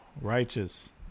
righteous